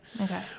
Okay